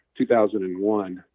2001